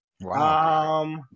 Wow